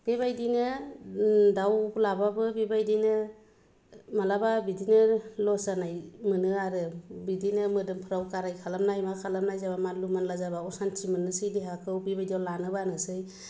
बेबायदिनो दाउ लाब्लाबो बेबायदिनो माब्लाबा बिदिनो लस जानाय मोनो आरो बिदिनो मोदोमफोराव गाराय खालामनाय मा खालामनाय जाब्ला मानलु मानला जाब्ला असानथि मोननोसै देहाखौ बेबायदियाव लानो बानोसै